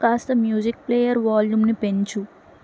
కాస్త music player వాల్యూమ్ని పెంచు